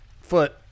foot